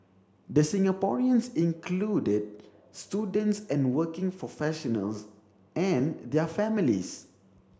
the Singaporeans included students and working professionals and their families